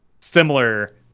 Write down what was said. similar